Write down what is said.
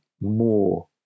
more